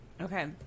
Okay